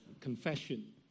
confession